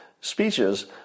speeches